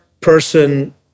person